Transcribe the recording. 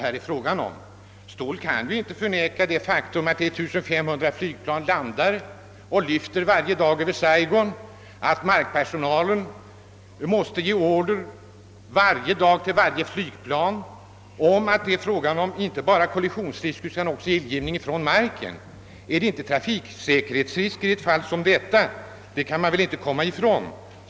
Herr Ståhl kan ju inte heller förneka att 1 500 flygpian varje dag landar och lyfter från Saigon och att markpersonalen varje dag måste ge varje flygplan instruktion om att det föreligger inte bara kollisionsrisk utan även risk för eldgivning från marken. Är inte det trafiksäkerhetsrisker, herr Ståhl? Det kan man väl inte komma ifrån.